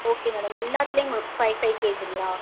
okay madam எல்லாத்துலையும் உங்களுக்கு five five கேஜிங்களா